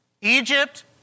Egypt